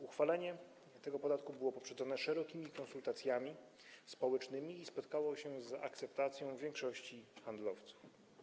Uchwalenie tego podatku było poprzedzone szerokimi konsultacjami społecznymi i spotkało się z akceptacją większości handlowców.